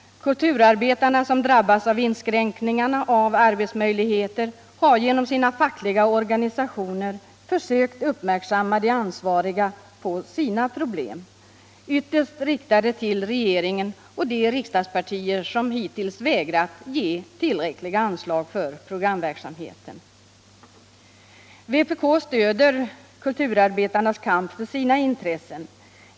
Kulturarbetarna som drabbas av de minskade arbetsmöjligheterna har genom sina fackliga organisationer försökt göra de ansvariga uppmärksamma på sina problem. Ytterst har de riktat sig till regeringen och de riksdagspartier som hittills vägrat ge tillräckliga anslag för programverksamheten. Vpk stöder kulturarbetarnas kamp för sina intressen.